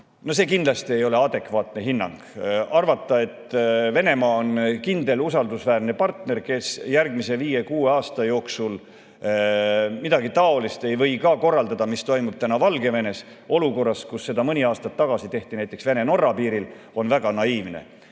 See kindlasti ei ole adekvaatne hinnang. Arvata, et Venemaa on kindel, usaldusväärne partner, kes järgmise viie-kuue aasta jooksul ei või korraldada midagi taolist, mis toimub täna Valgevenes, ja olukorras, kus seda mõni aasta tagasi tehti näiteks Vene‑Norra piiril, on väga naiivne.